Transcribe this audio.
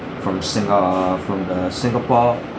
from singa~ from the singapore